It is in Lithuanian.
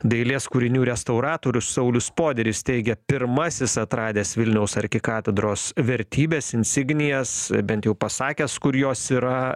dailės kūrinių restauratorius saulius poderis teigia pirmasis atradęs vilniaus arkikatedros vertybes insignijas bent jau pasakęs kur jos yra